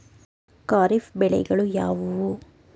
ಖಾರಿಫ್ ಬೆಳೆಗಳು ಯಾವುವು?